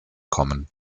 kommen